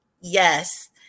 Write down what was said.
yes